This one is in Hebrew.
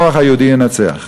המוח היהודי ינצח.